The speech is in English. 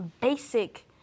basic